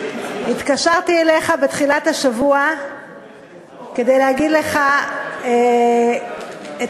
התקשרתי אליך בתחילת השבוע כדי להגיד לך על המצוקה,